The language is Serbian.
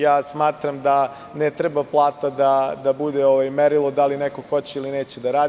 Ja smatram da ne treba plata da bude merilo da li neko hoće ili neće da radi.